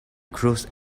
cruised